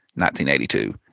1982